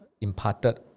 imparted